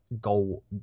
goal